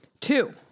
Two